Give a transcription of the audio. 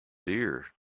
dear